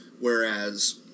whereas